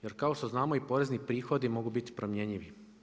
Jer kao što znamo i porezni prihodi mogu biti promjenjivi.